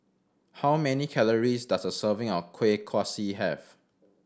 how many calories does a serving of Kuih Kaswi have